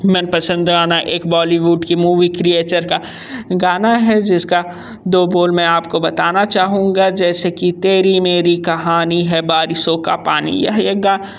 मनपसंद गाना एक बॉलीवुड की मूवी क्रिएचर का गाना है जिसका दो बोल मैं आपको बताना चाहूंगा जैसे कि तेरी मेरी कहानी है बारिशों का पानी यह एक गा